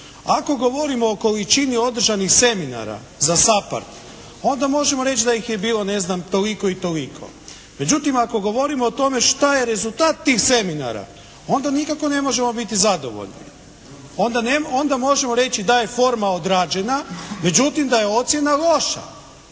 Ako govorimo o količini održanih seminara za SAPHARD onda možemo reći da ih je bilo ne znam toliko i toliko, međutim ako govorimo o tome šta je rezultat tih seminara onda nikako ne možemo biti zadovoljni, onda možemo reći da je forma odrađena, međutim da je ocjena loša.